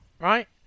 right